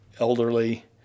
elderly